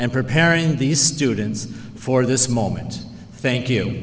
and preparing these students for this moment thank you